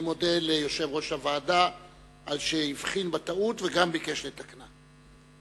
אני מודה ליושב-ראש הוועדה על שהבחין בטעות וגם ביקש לתקנה.